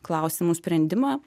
klausimų sprendimą